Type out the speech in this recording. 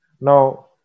Now